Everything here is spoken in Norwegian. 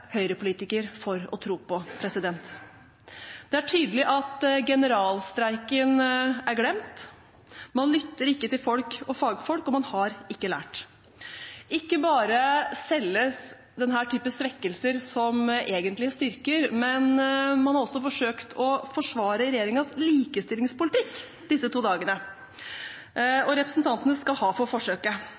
for å tro på. Det er tydelig at generalstreiken er glemt. Man lytter ikke til folk og fagfolk, og man har ikke lært. Ikke bare selges denne typen svekkelser som egentlige styrker, men man har også forsøkt å forsvare regjeringens likestillingspolitikk disse to dagene, og representantene skal ha for forsøket.